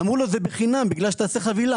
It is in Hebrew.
אמרו לו שזה בחינם בגלל שאתה עושה חבילה,